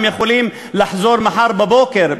הם יכולים לחזור מחר בבוקר.